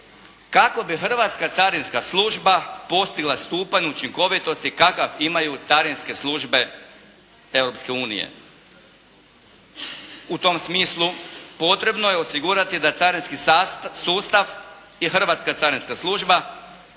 kako bi Hrvatska carinska služba postigla stupanj učinkovitosti kakav imaju carinske službe Europske unije. U tom smislu potrebno je osigurati da carinski sustav i Hrvatska carinska služba